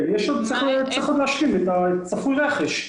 כן, צריך עוד להשלים, צפוי רכש.